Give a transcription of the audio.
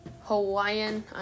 Hawaiian